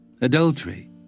adultery